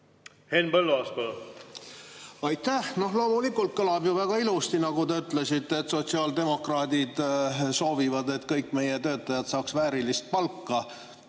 Henn Põlluaas, palun! Aitäh! Loomulikult kõlab ju väga ilusti, nagu te ütlesite, et sotsiaaldemokraadid soovivad, et kõik meie töötajad saaksid väärilist palka.